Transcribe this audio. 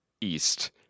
east